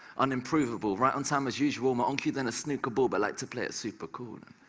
unimprovable, right on time as usual, more on cue than a snooker ball but liked to play it super cool.